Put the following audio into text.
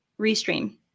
restream